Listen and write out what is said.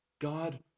God